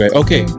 okay